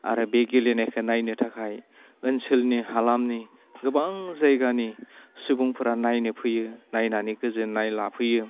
आरो बे गेलेनायखो नायनो थाखाय ओनसोलनि हालामनि गोबां जायगानि सुबुंफोरा नायनो फैयो नायनानै गोजोन्नाय लाफैयो